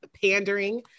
pandering